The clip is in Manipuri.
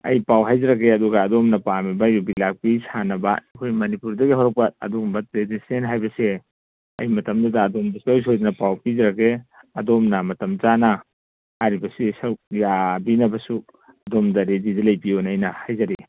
ꯑꯩ ꯄꯥꯎ ꯍꯥꯏꯖꯔꯛꯀꯦ ꯑꯗꯨꯒ ꯑꯗꯣꯝꯅ ꯄꯥꯝꯃꯤꯕ ꯌꯨꯕꯤ ꯂꯥꯛꯄꯤ ꯁꯥꯟꯅꯕ ꯑꯩꯈꯣꯏ ꯃꯅꯤꯄꯨꯔꯗꯒꯤ ꯍꯧꯔꯛꯄ ꯑꯗꯨꯒꯨꯝꯕ ꯇ꯭ꯔꯦꯗꯤꯁꯟꯅꯦꯟ ꯍꯥꯏꯕꯁꯦ ꯑꯩ ꯃꯇꯝꯗꯨꯗ ꯑꯗꯣꯝꯕꯨ ꯁꯨꯡꯁꯣꯏ ꯁꯣꯏꯗꯅ ꯄꯥꯎ ꯄꯤꯖꯔꯛꯀꯦ ꯑꯗꯣꯝꯅ ꯃꯇꯝ ꯆꯥꯅ ꯍꯥꯏꯔꯤꯕꯁꯤ ꯁꯔꯨꯛ ꯌꯥꯕꯤꯅꯕꯁꯨ ꯑꯗꯣꯝꯗ ꯔꯦꯗꯤꯗ ꯂꯩꯕꯤꯌꯨꯅ ꯑꯩꯅ ꯍꯥꯏꯖꯔꯤ